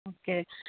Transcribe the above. okay